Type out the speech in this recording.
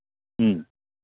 ꯎꯝ